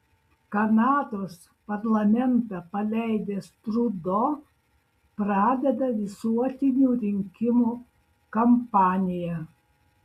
kanados parlamentą paleidęs trudo pradeda visuotinių rinkimų kampaniją